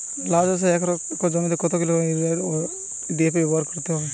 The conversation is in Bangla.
লাউ চাষে এক একর জমিতে কত কিলোগ্রাম ইউরিয়া ও ডি.এ.পি ব্যবহার করতে হবে?